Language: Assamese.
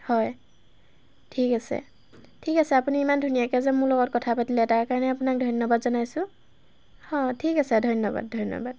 হয় ঠিক আছে ঠিক আছে আপুনি ইমান ধুনীয়াকৈ যে মোৰ লগত কথা পাতিলে তাৰ কাৰণে আপোনাক ধন্যবাদ জনাইছোঁ হয় ঠিক আছে ধন্যবাদ ধন্যবাদ